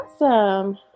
awesome